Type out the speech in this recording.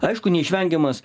aišku neišvengiamas